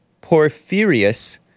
Porphyrius